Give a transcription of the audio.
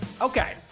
Okay